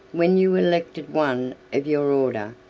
when you elected one of your order,